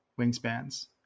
wingspans